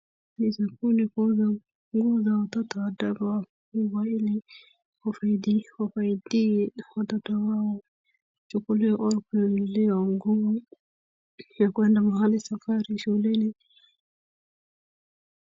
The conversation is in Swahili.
Inawezakuwa ni nguo za watoto wadogo, nguo hili hufaidi watoto wao. Huchukuliwa au kununuliwa nguo ya kwenda mahali safari, shuleni.